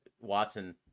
Watson